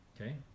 okay